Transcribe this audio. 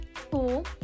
school